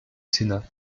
sénat